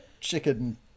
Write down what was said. chicken